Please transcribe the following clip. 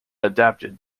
adapted